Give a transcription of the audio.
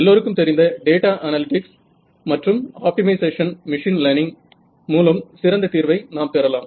எல்லோருக்கும் தெரிந்த data analytics மற்றும் ஆப்டிமைசேஷன் மிஷின் லேர்னிங் மூலம் சிறந்த தீர்வை நாம் பெறலாம்